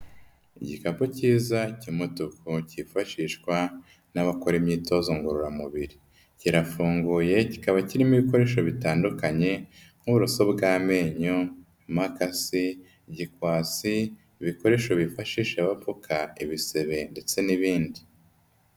Igikapu cyiza cy'umutuku cyifashishwa n'abakora imyitozo ngororamubiri. Kirafunguye, kikaba kirimo ibikoresho bitandukanye nk'uburoso bw'amenyo, imakasi, igikwasi, ibikoresho bifashisha bapfuka ibisebe ndetse n'ibindi.